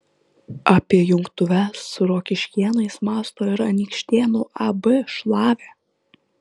apie jungtuves su rokiškėnais mąsto ir anykštėnų ab šlavė